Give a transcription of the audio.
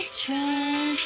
try